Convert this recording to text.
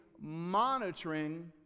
monitoring